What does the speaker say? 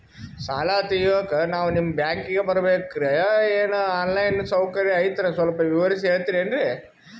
ಸಾಲ ತೆಗಿಯೋಕಾ ನಾವು ನಿಮ್ಮ ಬ್ಯಾಂಕಿಗೆ ಬರಬೇಕ್ರ ಏನು ಆನ್ ಲೈನ್ ಸೌಕರ್ಯ ಐತ್ರ ಸ್ವಲ್ಪ ವಿವರಿಸಿ ಹೇಳ್ತಿರೆನ್ರಿ?